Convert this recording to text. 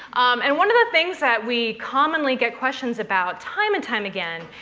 and one of the things that we commonly get questions about, time and time again,